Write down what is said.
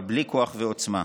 אבל בלי כוח ועוצמה,